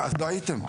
לא הייתם.